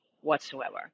whatsoever